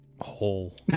hole